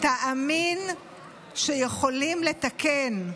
תאמין שיכולים לתקן.